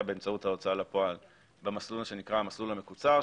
באמצעות ההוצאה לפועל במסלול שנקרא המסלול המקוצר,